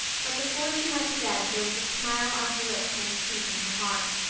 but before she went to bed there was a smile on her lips and peace in her heart.